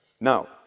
Now